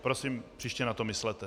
Prosím, příště na to myslete.